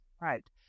right